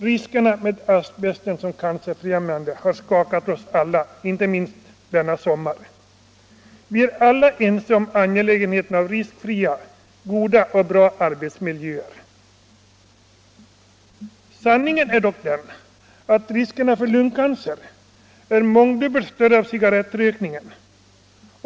Riskerna med asbesten som cancerframkallande har skakat oss alla, inte minst denna sommar. Vi är alla ense om angelägenheten av riskfria, bra arbetsmiljöer. Sanningen är dock den att riskerna för lungcancer på grund av cigarettrökning är mångdubbelt större.